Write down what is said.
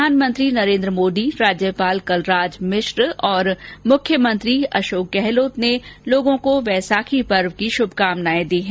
प्रधानमंत्री नरेन्द्र मोदी राज्यपाल कलराज मिश्र और मुख्यमंत्री अशोक गहलोत ने लोगों को वैसाखी के पर्व की शुभकामनाएं दी है